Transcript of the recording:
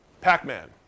Pac-Man